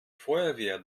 feuerwehr